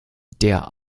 der